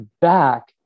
back